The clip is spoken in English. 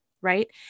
Right